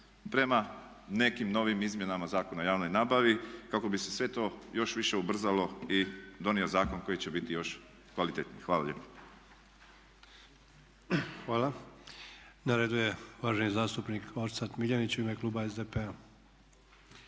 prema nekim novim izmjenama Zakona o javnoj nabavi kako bi se sve to još više ubrzalo i donio zakon koji će biti još kvalitetniji. Hvala lijepa. **Sanader, Ante (HDZ)** Hvala. Na redu je uvaženi zastupnik Orsat Miljenić u ime kluba SDP-a.